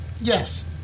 Yes